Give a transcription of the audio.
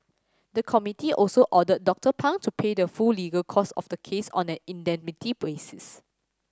the committee also ordered Doctor Pang to pay the full legal cost of the case on an indemnity basis